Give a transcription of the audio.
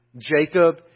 Jacob